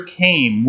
came